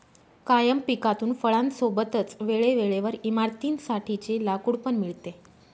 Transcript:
कायम पिकातून फळां सोबतच वेळे वेळेवर इमारतीं साठी चे लाकूड पण मिळते